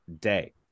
day